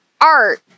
Art